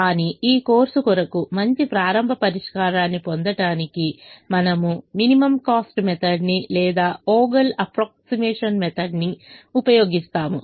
కానీ ఈ కోర్సు కొరకు మంచి ప్రారంభ పరిష్కారాన్ని పొందడానికి మనము మినిమం కాస్ట్ మెథడ్ ని లేదా వోగెల్ అప్ప్రోక్సిమేషన్ మెథడ్ ని ఉపయోగిస్తాము